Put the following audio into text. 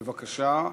בבקשה.